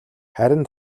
харин